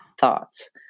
thoughts